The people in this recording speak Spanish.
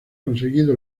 conseguido